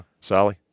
Sally